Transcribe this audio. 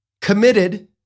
committed